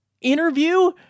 interview